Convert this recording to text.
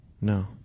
no